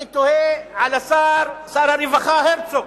אני תוהה על שר הרווחה הרצוג,